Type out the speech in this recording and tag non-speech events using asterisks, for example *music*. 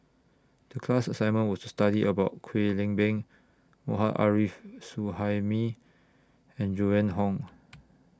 The class assignment was to study about Kwek Leng Beng *unintelligible* Arif Suhaimi and Joan Hon